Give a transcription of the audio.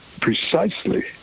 precisely